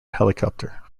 helicopter